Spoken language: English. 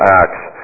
acts